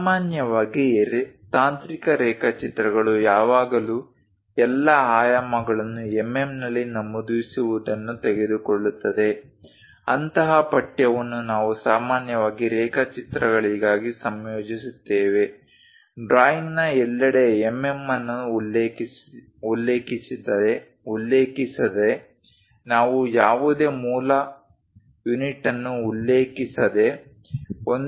ಸಾಮಾನ್ಯವಾಗಿ ತಾಂತ್ರಿಕ ರೇಖಾಚಿತ್ರಗಳು ಯಾವಾಗಲೂ ಎಲ್ಲ ಆಯಾಮಗಳನ್ನು ಎಂಎಂ ನಲ್ಲಿ ನಮೂದಿಸುವುದನ್ನು ತೆಗೆದುಕೊಳ್ಳುತ್ತದೆ ಅಂತಹ ಪಠ್ಯವನ್ನು ನಾವು ಸಾಮಾನ್ಯವಾಗಿ ರೇಖಾಚಿತ್ರಗಳಿಗಾಗಿ ಸಂಯೋಜಿಸುತ್ತೇವೆ ಡ್ರಾಯಿಂಗ್ನ ಎಲ್ಲೆಡೆ ಎಂಎಂ ಅನ್ನು ಉಲ್ಲೇಖಿಸದೆ ನಾವು ಯಾವುದೇ ಮೂಲ ಯೂನಿಟ್ ಅನ್ನು ಉಲ್ಲೇಖಿಸದೆ 1